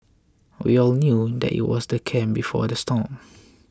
we all knew that it was the calm before the storm